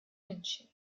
münchen